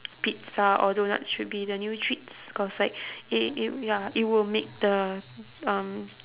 pizza or doughnuts should be the new treats cause like it it it ya it would make the um